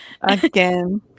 Again